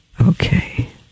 Okay